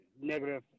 negative